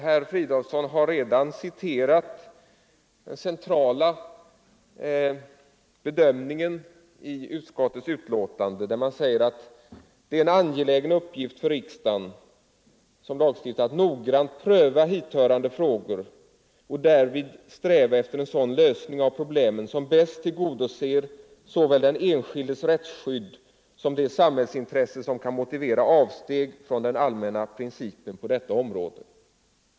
Herr Fridolfsson har redan citerat den centrala bedömningen Förbud mot i utskottets betänkande, där man säger att det är ”en angelägen uppgift = retroaktiv lagstift för riksdagen som lagstiftare att noggrant pröva hithörande frågor och — ning därvid sträva efter en sådan lösning av problemen som bäst tillgodoser såväl den enskildes rättsskydd som det samhällsintresse som kan moti vera avsteg från den allmänna principen på detta område”.